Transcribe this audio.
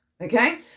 okay